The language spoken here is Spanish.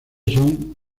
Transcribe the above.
son